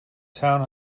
town